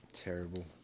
Terrible